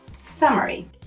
Summary